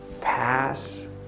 Pass